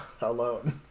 alone